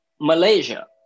Malaysia